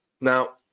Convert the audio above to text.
Now